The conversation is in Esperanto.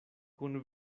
kun